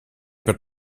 per